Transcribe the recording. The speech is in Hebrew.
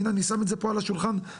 הנה אני שם את זה פה על השולחן לפרוטוקול,